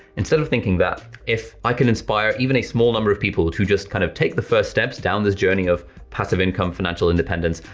instead of thinking that, if i can inspire even a small number of people to just kind of take the first steps down this journey of passive income, financial independence,